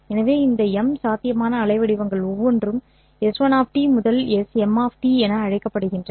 எனவே அந்த M சாத்தியமான அலைவடிவங்கள் ஒவ்வொன்றும் s1 முதல் sM என அழைக்கப்படுகின்றன